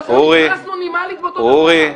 אבל זה קנס נומינלית באותו רגע,